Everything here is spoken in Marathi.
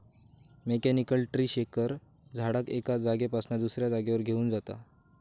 मेकॅनिकल ट्री शेकर झाडाक एका जागेपासना दुसऱ्या जागेवर घेऊन जातत